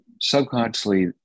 subconsciously